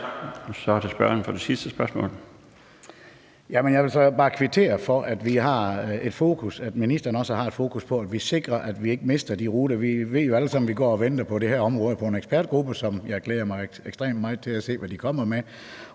jeg vil så bare kvittere for, at ministeren også har et fokus på, at vi sikrer, at vi ikke mister de ruter. Vi ved jo alle sammen, at vi på det her område går og venter på en ekspertgruppe, og jeg glæder mig ekstremt meget til at se, hvad den kommer med.